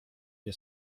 nie